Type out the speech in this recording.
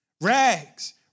Rags